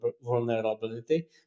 vulnerability